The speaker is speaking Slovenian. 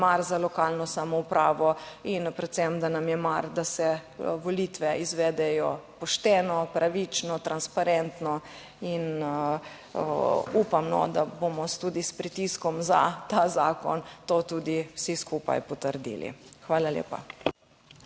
mar za lokalno samoupravo in predvsem, da nam je mar, da se volitve izvedejo pošteno, pravično, transparentno in upam, da bomo tudi s pritiskom za ta zakon to tudi vsi skupaj potrdili. Hvala lepa.